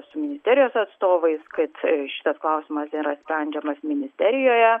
su ministerijos atstovais kad šitas klausimas yra sprendžiamas ministerijoje